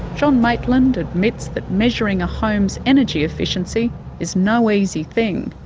john maitland admits that measuring a home's energy efficiency is no easy thing.